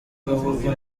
ahubwo